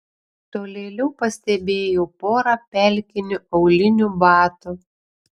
tolėliau pastebėjau porą pelkinių aulinių batų